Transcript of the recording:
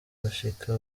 bashika